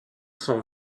sont